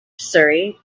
surrey